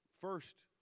first